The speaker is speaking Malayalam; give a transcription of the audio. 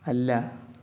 അല്ല